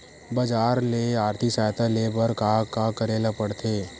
बजार ले आर्थिक सहायता ले बर का का करे ल पड़थे?